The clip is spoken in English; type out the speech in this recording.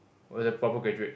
was a proper graduate